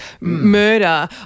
murder